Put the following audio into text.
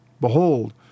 Behold